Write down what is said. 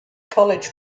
college